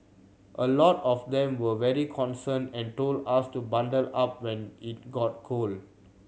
a lot of them were very concerned and told us to bundle up when it got cold